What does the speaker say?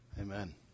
Amen